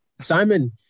Simon